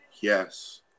Yes